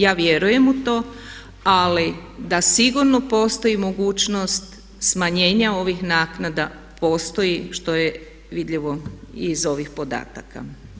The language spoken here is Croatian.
Ja vjerujem u to, ali da sigurno postoji mogućnost smanjenja ovih naknada postoji što je vidljivo i iz ovih podataka.